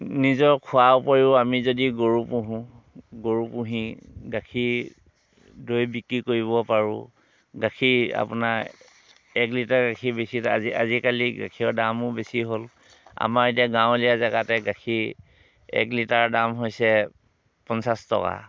নিজৰ খোৱাৰ উপৰিও আমি যদি গৰু পুহো গৰু পুহি গাখীৰ দৈ বিক্ৰী কৰিব পাৰোঁ গাখীৰ আপোনাৰ এক লিটাৰ গাখীৰ বেচি আজি আজিকালি গাখীৰৰ দামো বেছি হ'ল আমাৰ এতিয়া গাঁৱলীয়া জেগাতে গাখীৰ এক লিটাৰ দাম হৈছে পঞ্চাছ টকা